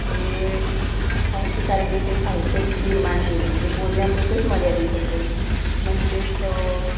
ते साहित्यीकारीणी ते साहित्य निर्माण केले ते बोलण्यापुरतेच मर्यादित होते म्हणजेच